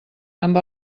amb